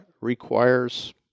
requires